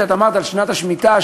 כשאת אמרת על שנת השמיטה,